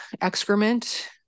excrement